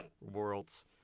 Worlds